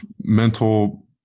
mental –